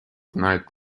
knight